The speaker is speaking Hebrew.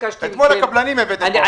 אתמול את הקבלנים הבאתם לפה.